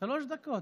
שלוש דקות.